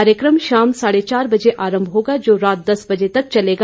कार्यकम शाम साढ़े चार बजे आरंभ होगा जो रात दस बजे तक चलेगा